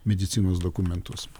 medicinos dokumentus